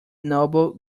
noble